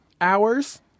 hours